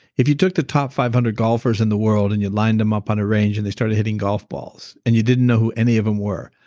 if you took the top five hundred golfers in the world and you lined them up on a range and they started hitting golf balls and you didn't know who any of them were.